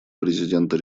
президента